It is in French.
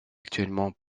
actuellement